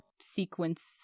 sequence